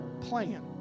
plan